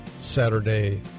Saturday